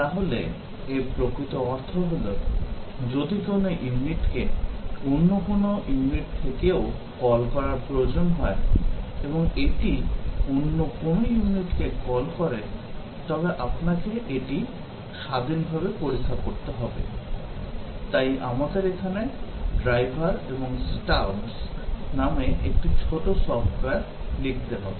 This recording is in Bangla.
তাহলে এর প্রকৃত অর্থ হল যদি কোনও ইউনিটকে অন্য কোনও ইউনিট থেকেও call করার প্রয়োজন হয় এবং এটি অন্য কোনও ইউনিটকে call করে তবে আপনাকে এটি স্বাধীনভাবে পরীক্ষা করতে হবে তাই আমাদের এখানে driver এবং স্টাবস নামে একটি ছোট সফ্টওয়্যার লিখতে হবে